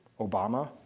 Obama